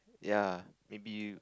ya maybe